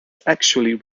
actually